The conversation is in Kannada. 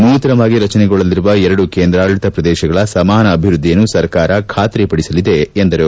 ನೂತನವಾಗಿ ರಚನೆಗೊಳ್ಳಲಿರುವ ಎರಡು ಕೇಂದ್ರಾಡಳಿತ ಪ್ರದೇಶಗಳ ಸಮಾನ ಅಭಿವೃದ್ಧಿಯನ್ನು ಸರ್ಕಾರ ಖಾತರಿಪಡಿಸಲಿದೆ ಎಂದರು